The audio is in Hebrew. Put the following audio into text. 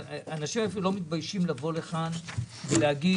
אנשים אפילו לא מתביישים לבוא לכאן ולהגיד,